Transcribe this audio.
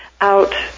out